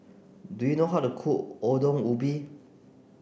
do you know how to cook Ongol Ubi